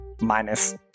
Minus